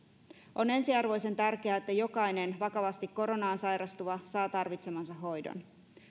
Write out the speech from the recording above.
on ensiarvoisen tärkeää että jokainen vakavasti koronaan sairastuva saa tarvitsemansa hoidon